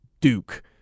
Duke